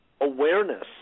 awareness